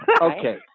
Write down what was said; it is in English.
Okay